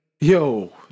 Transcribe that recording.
yo